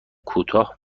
کوتاه